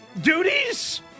duties